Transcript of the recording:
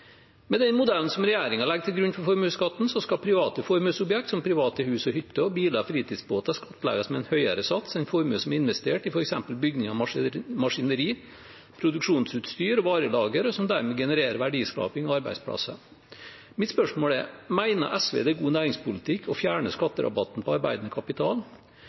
Med den modellen som regjeringen legger til grunn for formuesskatten, skal private formuesobjekt, som private hus og hytter, biler og fritidsbåter, skattlegges med en høyere sats enn formue som er investert i f.eks. bygninger, maskineri, produksjonsutstyr og varelager, og som dermed genererer verdiskaping og arbeidsplasser. Mitt spørsmål er: Mener SV det er god næringspolitikk å fjerne skatterabatten på arbeidende kapital,